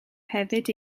hefyd